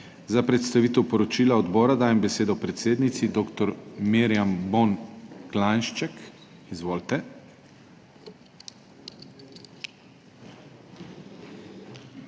Za predstavitev poročila odbora dajem besedo predsednici dr. Mirjam Bon Klanjšček. Izvolite.